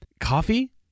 coffee